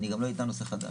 אני גם לא אטען נושא חדש.